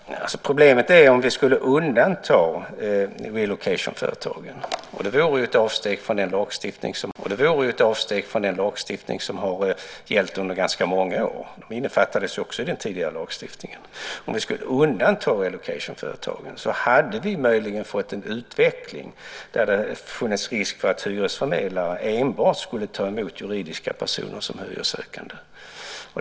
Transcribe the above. Herr talman! Problemet är om vi skulle undanta relocation företagen. Då vore det ett avsteg från den lagstiftning som har gällt under ganska många år. De innefattades också i den tidigare lagstiftningen. Om vi skulle undanta relocation företagen hade vi möjligen fått en utveckling med risk för att hyresförmedlare enbart skulle ta emot juridiska personer som sökande.